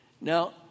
Now